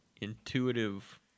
intuitive